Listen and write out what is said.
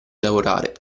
lavorare